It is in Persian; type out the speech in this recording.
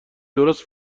درست